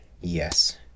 Yes